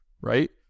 right